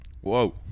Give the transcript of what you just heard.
Whoa